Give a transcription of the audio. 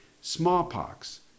smallpox